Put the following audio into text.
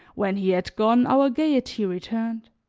when he had gone our gaiety returned.